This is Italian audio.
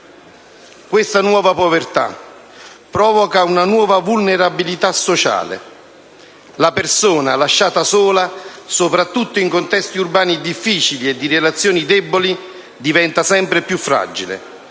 Questa nuova povertà provoca una nuova vulnerabilità sociale: la persona lasciata sola, sopratutto in contesti urbani difficili, fatti di relazioni deboli, diventa sempre più fragile,